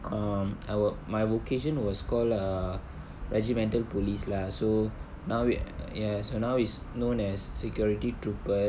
um our my vocation was called ah regimental police lah so now we'r~ yes so now is known as security troopers